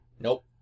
Nope